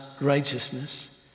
righteousness